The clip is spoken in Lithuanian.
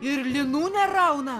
ir linų nerauna